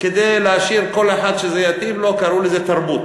כדי להשאיר כל אחד, שזה יתאים לו, קראו לזה תרבות.